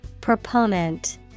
Proponent